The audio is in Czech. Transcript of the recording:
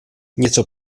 něco